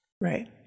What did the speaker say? Right